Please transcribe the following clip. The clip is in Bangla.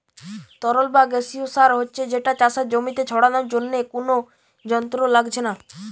তরল বা গেসিও সার হচ্ছে যেটা চাষের জমিতে ছড়ানার জন্যে কুনো যন্ত্র লাগছে না